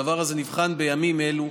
הדבר הזה נבחן בימים אלו.